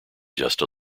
just